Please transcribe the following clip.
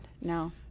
No